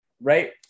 right